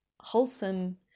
wholesome